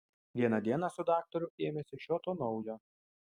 vieną dieną su daktaru ėmėsi šio to naujo